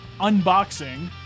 Unboxing